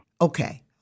Okay